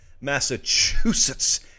Massachusetts